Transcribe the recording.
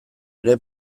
ere